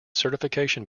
certification